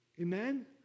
Amen